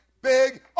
big